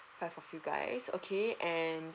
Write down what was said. five of you guys okay and